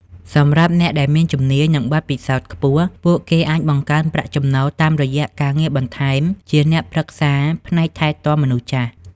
សម្រាប់អ្នកដែលមានជំនាញ និងបទពិសោធន៍ខ្ពស់ ពួកគេអាចបង្កើនប្រាក់ចំណូលតាមរយៈការងារបន្ថែមជាអ្នកប្រឹក្សាផ្នែកថែទាំមនុស្សចាស់។